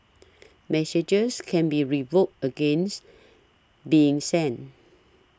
messages can be revoked against being sent